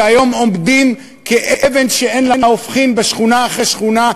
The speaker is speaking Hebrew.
שהיום עומדים כאבן שאין לה הופכין בשכונה אחרי שכונה,